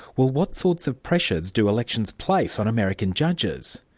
well what sorts of pressures do elections place on american judges?